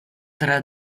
tra